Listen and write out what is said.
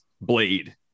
blade